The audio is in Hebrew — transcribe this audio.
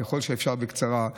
ככל שאפשר בקצרה,